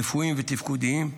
רפואיים ותפקודיים.